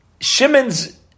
Shimon's